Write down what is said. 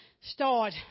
start